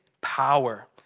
power